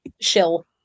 shill